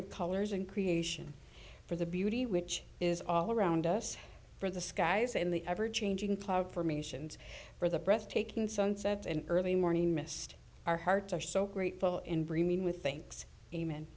of colors and creation for the beauty which is all around us from the skies and the ever changing cloud formations where the breathtaking sunset and early morning mist our hearts are so grateful and remain with thanks amen